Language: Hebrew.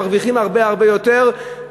מרוויחים הרבה הרבה יותר,